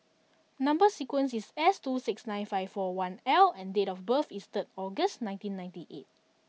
number sequence is S two six nine seven five four one L and date of birth is third August nineteen ninety eight